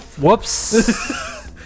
Whoops